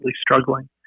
struggling